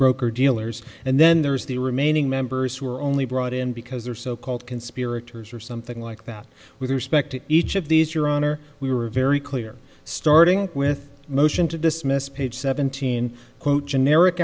broker dealers and then there's the remaining members who are only brought in because there are so called conspirators or something like that with respect to each of these your honor we were very clear starting with motion to dismiss page seventeen quote generic